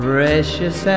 Precious